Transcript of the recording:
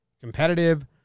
competitive